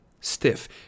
Stiff